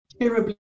terribly